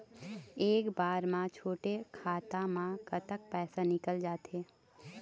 एक बार म छोटे खाता म कतक पैसा निकल जाथे?